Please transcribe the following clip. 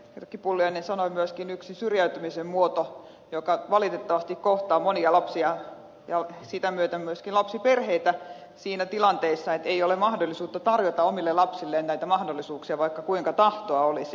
erkki pulliainen sanoi myöskin yksi syrjäytymisen muoto joka valitettavasti kohtaa monia lapsia ja sitä myöten myöskin lapsiperheitä siinä tilanteessa eikä ole mahdollisuutta tarjota omille lapsilleen näitä mahdollisuuksia vaikka kuinka tahtoa olisi